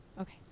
Okay